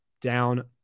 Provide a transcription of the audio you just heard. down